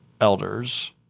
elders